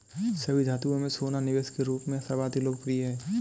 सभी धातुओं में सोना निवेश के रूप में सर्वाधिक लोकप्रिय है